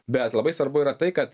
bet labai svarbu yra tai kad